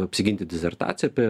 apsiginti disertaciją apie